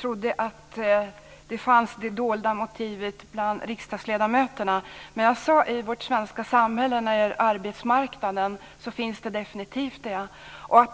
trott att det bland riksdagsledamöterna finns ett dolt motiv. Däremot sade jag att det när det gäller arbetsmarknaden definitivt är så i vårt svenska samhälle.